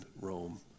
Rome